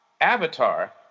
Avatar